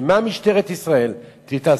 במה משטרת ישראל תתעסק?